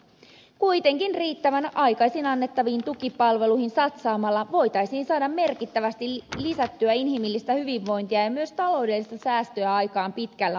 kuitenkin riittävän aikaisin annettaviin tukipalveluihin satsaamalla voitaisiin saada merkittävästi lisättyä inhimillistä hyvinvointia ja myös taloudellista säästöä aikaan pitkällä aikavälillä